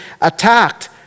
attacked